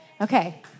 Okay